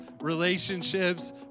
relationships